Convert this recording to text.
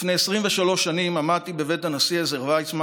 לפני 23 שנים עמדתי בבית הנשיא עזר ויצמן